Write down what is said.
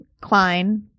Klein